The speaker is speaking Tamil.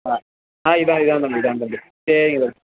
ஆ ஆ இதுதான் இதுதான் தம்பி இதுதான் தம்பி சரிங்க தம்பி